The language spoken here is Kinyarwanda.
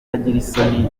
isoni